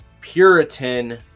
Puritan